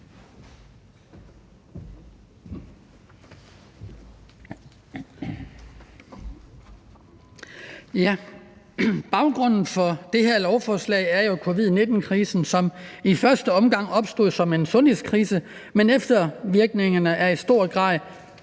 Baggrunden for det her lovforslag er jo covid-19-krisen, som i første omgang opstod som en sundhedskrise, men eftervirkningerne er i høj grad